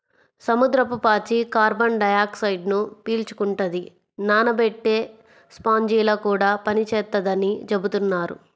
సముద్రపు పాచి కార్బన్ డయాక్సైడ్ను పీల్చుకుంటది, నానబెట్టే స్పాంజిలా కూడా పనిచేత్తదని చెబుతున్నారు